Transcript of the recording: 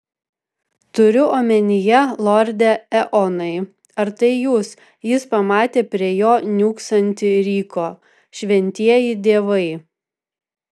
turiu omenyje lorde eonai ar tai jūs jis pamatė prie jo niūksantį ryko šventieji dievai